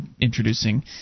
introducing